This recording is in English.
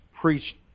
preach